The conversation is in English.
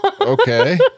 Okay